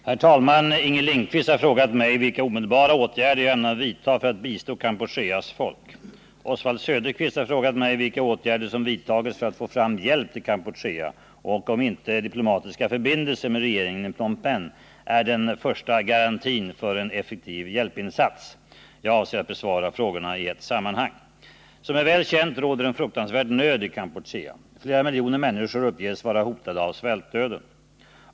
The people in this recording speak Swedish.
Herr talman! Inger Lindquist har frågat mig vilka omedelbara åtgärder jag ämnar vidta för att bistå Kampucheas folk. Oswald Söderqvist har frågat mig vilka åtgärder som vidtagits för att få fram hjälp till Kampuchea och om inte diplomatiska förbindelser med regeringen i Phnom Penh är den första garantin för en effektiv hjälpinsats. Jag avser att besvara frågorna i ett sammanhang. Som är väl känt råder en fruktansvärd nöd i Kampuchea. Flera miljoner människor uppges vara hotade av svältdöden.